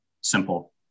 simple